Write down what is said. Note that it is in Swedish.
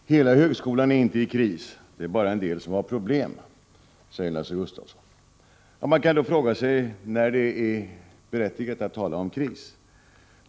Fru talman! Hela högskolan är inte i kris, det är bara en del som har problem, säger Lars Gustafsson. Man kan då fråga sig när det är berättigat att tala om kris.